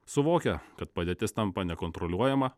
suvokę kad padėtis tampa nekontroliuojama